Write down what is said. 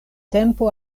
tempo